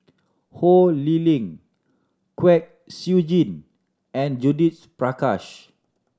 Ho Lee Ling Kwek Siew Jin and Judith Prakash